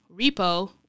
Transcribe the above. Repo